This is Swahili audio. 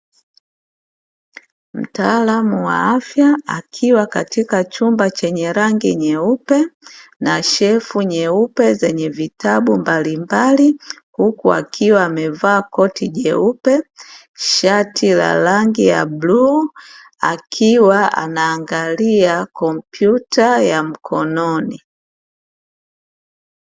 Mtaalamu wa afya akiwa katika chumba chenye rangi nyeupe, rafu nyeupe zenye vitabu mbalimbali, huku akiwa amevaa koti jeupe shati la rangi ya bluu, akiwa anangalia kompyuta ya mkononi.